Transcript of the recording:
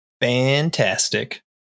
Fantastic